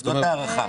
זאת ההערכה.